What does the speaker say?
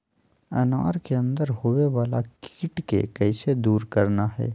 अनार के अंदर होवे वाला कीट के कैसे दूर करना है?